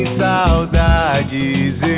saudades